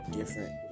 Different